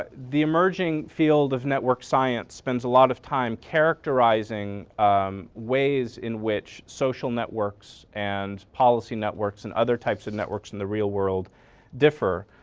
the immerging field of network science spends a lot of time characterizing ways in which social networks and policy networks and other types of networks in the real world differ.